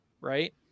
Right